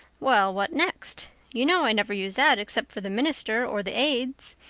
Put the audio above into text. well, what next? you know i never use that except for the minister or the aids.